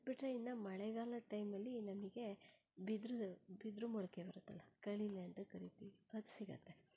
ಅದು ಬಿಟ್ಟರೆ ಇನ್ನು ಮಳೆಗಾಲದ ಟೈಮಲ್ಲಿ ನಮಗೆ ಬಿದಿರು ಬಿದಿರು ಮೊಳಕೆ ಬರುತ್ತಲ ಕಳಲೆ ಅಂತ ಕರಿತೀವಿ ಅದು ಸಿಗುತ್ತೆ